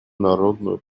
народную